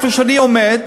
איפה שאני עומד,